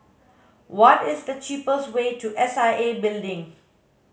what is the cheapest way to S I A Building